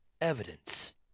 evidence